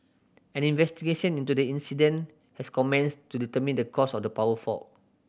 an investigation into the incident has commenced to determine the cause of the power fault